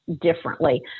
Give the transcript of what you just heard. differently